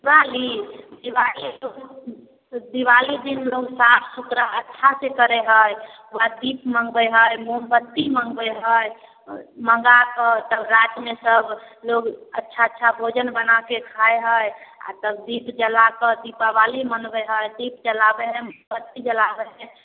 दिवाली दिवाली तऽ दिवाली दिन लोक साफ सुथरा अच्छासँ करै हइ ओकरबाद दीप मँगबै हइ मोमबत्ती मँगबै हइ मँगाकऽ तब रातिमे सबलोक अच्छा अच्छा भोजन बनाके खाइ हइ आओर तब दीप जलाकऽ दीपावली मनबै हइ दीप जलाबै हइ मोमबत्ती जलाबै हइ